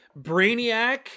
Brainiac